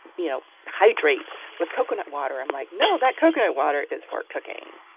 you know, hydrate with coconut water, i'm like, no, that coconut water is for cooking.